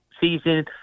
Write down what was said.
season